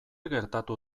gertatu